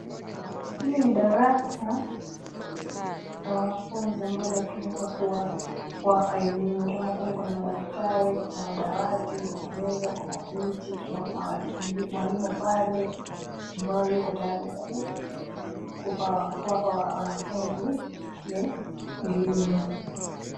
Hili ni darasa la wanafunzi ambalo linatumika kuwapa elimu. Utaona pale kuna madaftari kuna madawati kuna meza kuna viti tena kuna mwalimu pale ambaye yuko tayari kuwapa wanafunzi elimu.